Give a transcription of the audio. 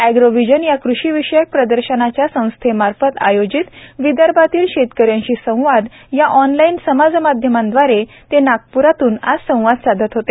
Agrovision या कृषीविषयक प्रदर्शनाच्या संस्थेमार्फत आयोजित विदर्भातील शेतकऱ्यांशी संवाद या ऑनलाइन समाज माध्यमांद्वारे ते नागपूरातून आज संवाद साधत होते